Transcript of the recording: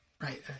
right